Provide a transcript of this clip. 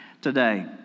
today